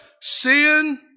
sin